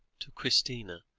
to christina,